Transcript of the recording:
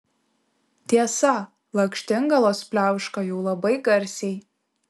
tiesa lakštingalos pliauška jau labai garsiai